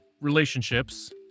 relationships